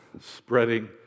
spreading